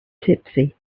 tipsy